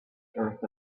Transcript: earth